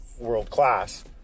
world-class